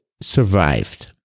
survived